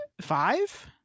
Five